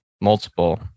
multiple